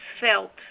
felt